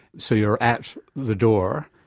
so you're at the door.